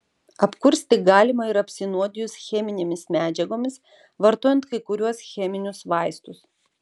apkursti galima ir apsinuodijus cheminėmis medžiagomis vartojant kai kuriuos cheminius vaistus